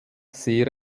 sehr